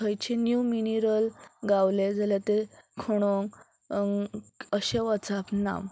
खंयचे न्यीव मिनरल गावले जाल्यार ते खणोंक अशें वचाप ना